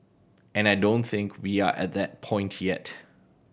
and I don't think we are at that point yet